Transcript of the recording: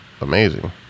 amazing